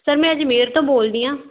sir ਮੈਂ ਅਜਮੇਰ ਤੋਂ ਬੋਲਦੀ ਹਾਂ